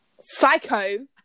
psycho